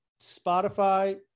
Spotify